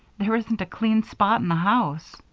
there isn't a clean spot in the house.